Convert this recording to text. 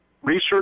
Research